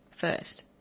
first